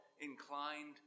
inclined